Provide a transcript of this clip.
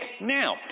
Now